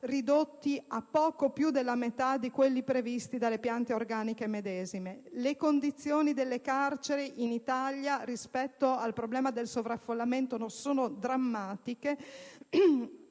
ridotti a poco più della metà di quelli previsti dalle piante organiche. Le condizioni delle carceri in Italia rispetto al problema del sovraffollamento sono drammatiche: